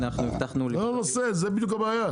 ואנחנו הבטחנו --- זה הנושא זו בדיוק הבעיה.